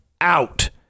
out